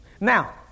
Now